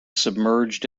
submerged